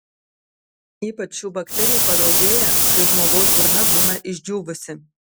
ypač šių bakterijų padaugėja kai žmogaus burna būna išdžiūvusi